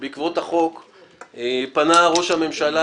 בעקבות החוק פנה ראש הממשלה,